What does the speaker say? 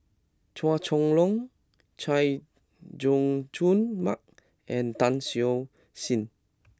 Chua Chong Long Chay Jung Jun Mark and Tan Siew Sin